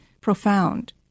profound